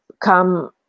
come